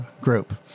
group